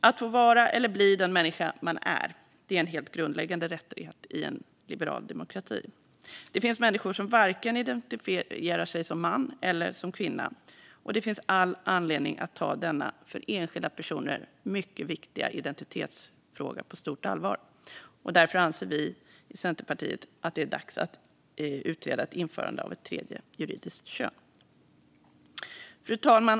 Det är en helt grundläggande rättighet i en liberal demokrati att få vara eller bli den människa man är. Det finns människor som inte identifierar sig som vare sig man eller kvinna. Och det finns all anledning att ta denna för enskilda personer mycket viktiga identitetsfråga på stort allvar. Därför anser vi i Centerpartiet att det är dags att utreda ett införande av ett tredje juridiskt kön. Fru talman!